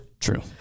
true